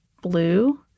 blue